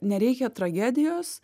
nereikia tragedijos